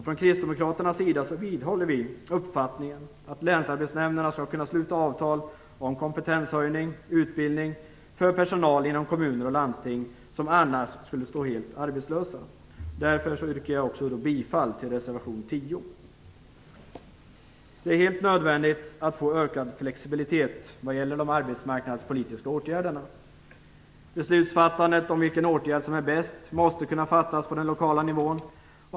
Från kristdemokraternas sida vidhåller vi uppfattningen att länsarbetsnämnderna skall kunna sluta avtal om kompetenshöjning och utbildning för personal inom kommuner och landsting, som annars skulle stå helt arbetslösa. Därför yrkar jag också bifall till reservation 10. Det är helt nödvändigt att få ökad flexibilitet vad gäller de arbetsmarknadspolitiska åtgärderna. Beslutsfattandet om vilken åtgärd som är bäst måste kunna fattas på den lokala nivån.